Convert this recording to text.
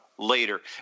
later